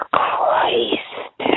Christ